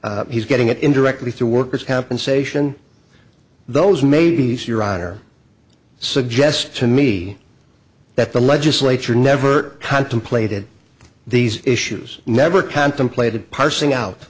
he's getting it indirectly through workers compensation those maybes your honor suggests to me that the legislature never contemplated these issues never contemplated parsing